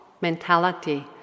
mentality